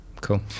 cool